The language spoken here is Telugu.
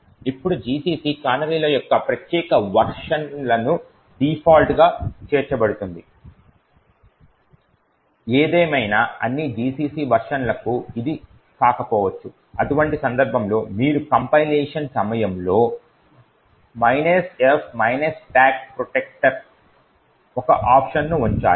ఇప్పుడు GCC కానరీల యొక్క ఈ ప్రత్యేక వెర్షన్లలు డిఫాల్ట్ గా చేర్చబడుతుంది ఏదేమైనా అన్ని GCC వెర్షన్లలకు ఇది కాకపోవచ్చు అటువంటి సందర్భంలో మీరు కాంపైలేషన్ సమయంలో f stack protector ఒక ఆప్షన్ను ఉంచాలి